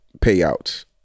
payouts